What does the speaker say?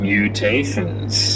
Mutations